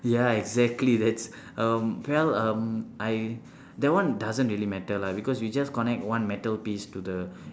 ya exactly that's um well um I that one doesn't really matter lah because you just connect one metal piece to the